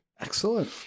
Excellent